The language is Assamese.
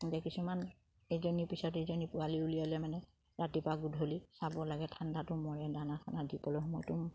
কিছুমান এজনীৰ পিছত এজনী পোৱালি উলিয়ালে মানে ৰাতিপুৱা গধূলি চাব লাগে ঠাণ্ডাটো মৰে দানা চানা দি পেলাই সময়তো